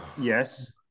Yes